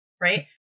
right